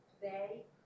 today